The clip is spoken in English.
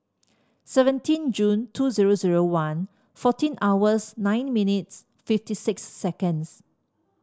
seventeen Jun two zero zero one fourteen hours nine minutes fifty six seconds